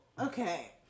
okay